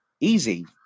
Easy